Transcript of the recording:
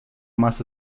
más